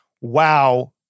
wow